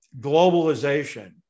globalization